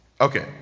okay